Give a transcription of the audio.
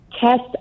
test